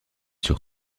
sur